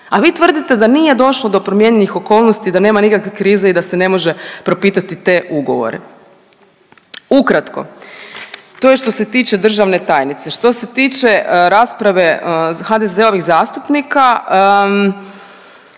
a vi tvrdite da nije došlo do promjenjivih okolnosti, da nema nikakve krize i da se ne može propitati te ugovore. Ukratko to je što se tiče državne tajnice. Što se tiče rasprave HDZ-ovih zastupnika